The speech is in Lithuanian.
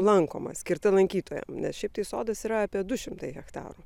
lankoma skirta lankytojam nes šiaip tai sodas yra apie du šimtai hektarų